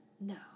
No